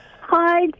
Hi